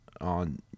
on